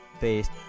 based